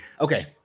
Okay